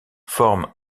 forme